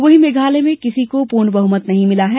वहीं मेघालय में किसी को पूर्ण बहुमत नहीं मिला है